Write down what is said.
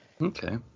Okay